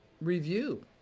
review